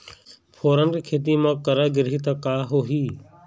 फोरन के खेती म करा गिरही त का होही?